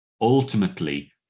ultimately